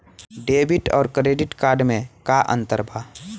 Debit आउर credit card मे का अंतर बा?